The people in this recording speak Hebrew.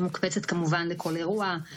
פגשתי אותם, כולנו רואים אותם, אריות.